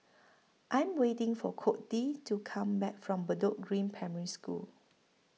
I'm waiting For Codey to Come Back from Bedok Green Primary School